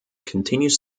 continues